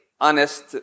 honest